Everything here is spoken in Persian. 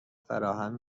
فراهم